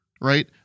right